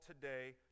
today